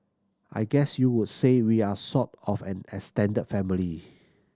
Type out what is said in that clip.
I guess you would say we are sort of an extended family